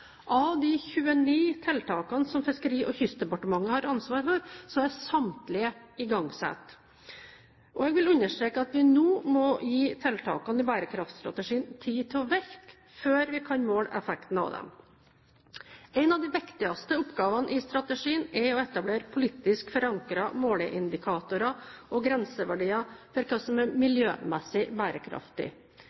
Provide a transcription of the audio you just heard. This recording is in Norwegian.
Av de 29 tiltakene som Fiskeri- og kystdepartementet har ansvar for, er samtlige igangsatt. Jeg vil understreke at vi nå må gi tiltakene i bærekraftstrategien tid til å virke før vi kan måle effektene av dem. En av de viktigste oppgavene i strategien er å etablere politisk forankrede måleindikatorer og grenseverdier for hva som er miljømessig bærekraftig.